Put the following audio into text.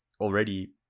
already